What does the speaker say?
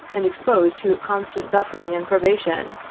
and exposed to constant suffering and privation,